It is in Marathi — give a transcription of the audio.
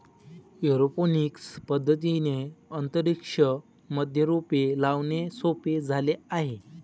एरोपोनिक्स पद्धतीने अंतरिक्ष मध्ये रोपे लावणे सोपे झाले आहे